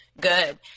good